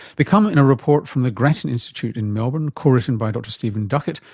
they come in a report from the grattan institute in melbourne, co-written by dr stephen duckett,